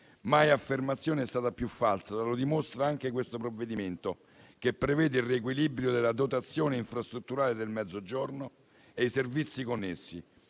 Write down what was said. Mai affermazione è stata più falsa, come dimostra anche il provvedimento in esame, che prevede il riequilibrio della dotazione infrastrutturale del Mezzogiorno e dei servizi connessi.